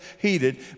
heated